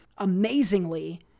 amazingly